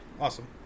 Awesome